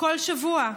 כל שבוע?